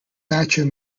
thatcher